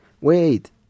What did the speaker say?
Wait